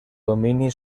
domini